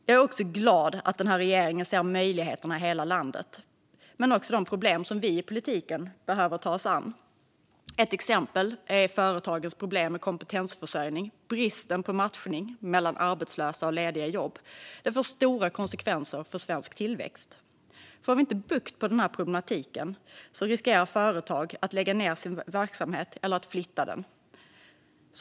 Jag är glad över att regeringen ser möjligheterna i hela landet men också de problem som vi i politiken behöver ta oss an. Ett exempel är företagens problem med kompetensförsörjning och bristen på matchning mellan arbetslösa och lediga jobb, som får stora konsekvenser för svensk tillväxt. Om vi inte får bukt med problematiken finns det risk att företag lägger ned sin verksamhet eller flyttar.